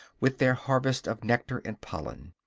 with their harvest of nectar and pollen.